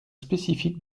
spécifique